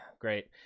Great